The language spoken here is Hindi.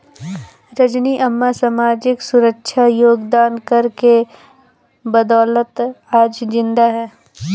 रजनी अम्मा सामाजिक सुरक्षा योगदान कर के बदौलत आज जिंदा है